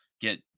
get